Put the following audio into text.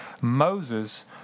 Moses